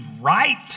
right